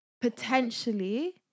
Potentially